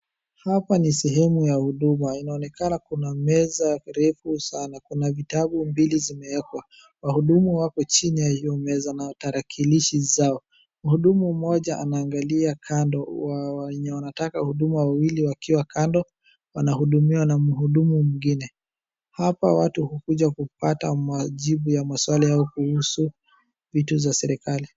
Hapa ni sehemu ya huduma. Inaonekana kuna meza mrefu sana. Kuna vitabu mbili zimewekwa. Wahudumu wapo chini ya hiyo meza na tarakilishi zao. Mhudumu mmoja anaangalia kando wa-wenye wanataka huduma wawili wakiwa kando, wanahudumiwa na mhudumu mwingine. Hapa watu hukuja kupata majibu ya maswali au kuhusu vitu za serikali.